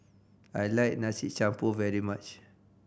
I like Nasi Campur very much